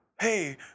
hey